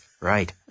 right